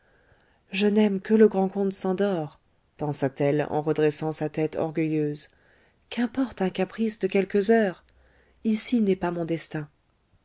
je n'aime que le grand comte szandor pensa-t-elle en redressant sa tête orgueilleuse qu'importe un caprice de quelques heures ici n'est pas mon destin